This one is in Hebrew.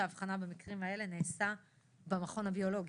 האבחנה במקרים האלה נעשה במכון הביולוגי.